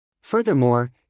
Furthermore